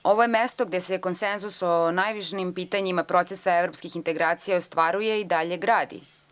Ovo je mesto gde se konsenzus o najvažnijim pitanjima procesa evropskih integracija ostvaruje i dalje gradi.